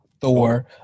Thor